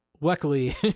luckily